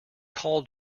call